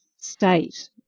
state